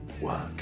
work